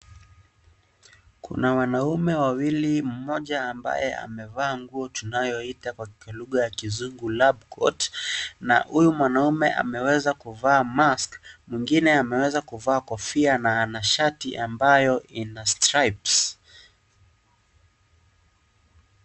Kuna wanaume wawili mmoja ambaye amevaa nguo tunayoita kwa kilugha ya kizungu lab coat na huyu mwanaume ameweza kuvaa mask mwingine ameweza kuvaa kofia na ana shati ambayo ina stripes .